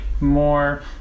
more